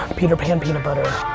peter pan peanut butter,